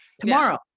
tomorrow